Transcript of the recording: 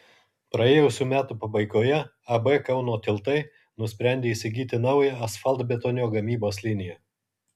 praėjusių metų pabaigoje ab kauno tiltai nusprendė įsigyti naują asfaltbetonio gamybos liniją